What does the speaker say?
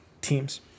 teams